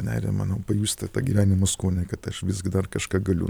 nerimą nu pajusti tą gyvenimo skonį kad aš visgi dar kažką galiu